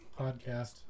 podcast